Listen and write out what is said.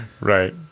Right